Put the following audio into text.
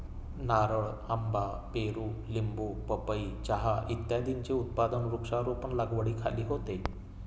नारळ, आंबा, पेरू, लिंबू, पपई, चहा इत्यादींचे उत्पादन वृक्षारोपण लागवडीखाली होते